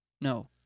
No